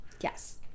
Yes